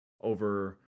over